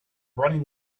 running